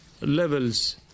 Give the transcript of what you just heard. levels